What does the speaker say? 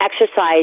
exercise